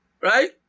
right